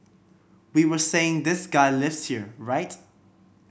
we were saying this guy lives here right